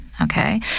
Okay